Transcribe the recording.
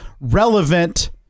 relevant